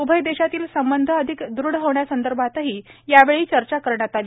उभय देशातील संबंध अधिक दृढ होण्यासंदर्भातही यावेळी चर्चा करण्यात आली